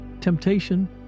Temptation